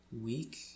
week